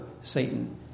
Satan